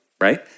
right